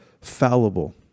fallible